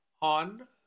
on